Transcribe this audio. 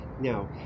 Now